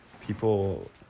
people